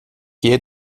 gehe